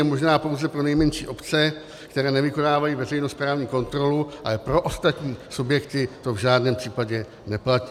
Zjednodušení je možná pouze pro nejmenší obce, které nevykonávají veřejnosprávní kontrolu, ale pro ostatní subjekty to v žádném případě neplatí.